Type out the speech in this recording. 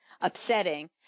upsetting